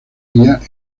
guías